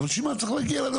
שאמרת בהתחלה.